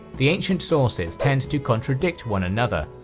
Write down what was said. the ancient sources tend to contradict one another,